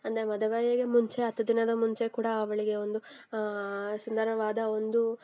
ಅಂದರೆ ಮದುವೆಗೆ ಮುಂಚೆ ಹತ್ತು ದಿನದ ಮುಂಚೆ ಕೂಡ ಅವಳಿಗೆ ಒಂದು ಸುಂದರವಾದ ಒಂದು